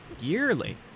Yearly